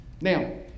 Now